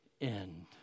end